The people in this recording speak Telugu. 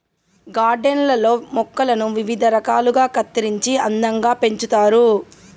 గార్డెన్ లల్లో మొక్కలను వివిధ రకాలుగా కత్తిరించి అందంగా పెంచుతారు